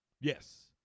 Yes